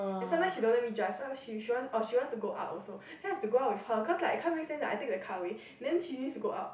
and sometimes she don't let me drive oh she wants to go out also I have to go with her cause like can't make sense I take the car away and then she needs to go out